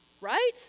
right